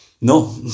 No